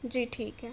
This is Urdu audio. جی ٹھیک ہے